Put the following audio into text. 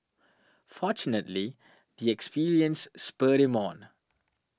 fortunately the experience spurred him on